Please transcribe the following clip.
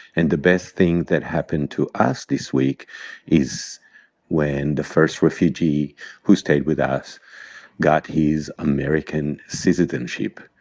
and the best thing that happened to us this week is when the first refugee who stayed with us got his american citizenship.